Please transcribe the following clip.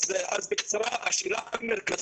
בקצרה.